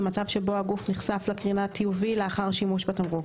במצב שבו הגוף נחשף לקרינת UV לאחר שימוש בתמרוק,